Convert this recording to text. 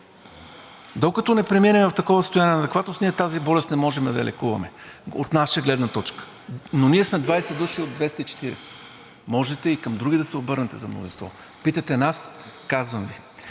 докато не преминем в такова състояние на адекватност, ние тази болест не можем да я лекуваме, от наша гледна точка. Но ние сме 20 души от 240. Можете и към други да се обърнете за мнозинство. Ако питате нас, казвам Ви